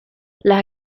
las